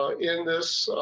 ah in this